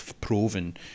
proven